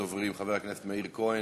ראשון הדוברים, חבר הכנסת מאיר כהן,